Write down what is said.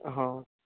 ହଁ